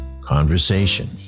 conversation